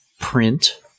print